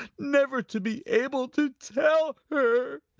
never to be able to tell her!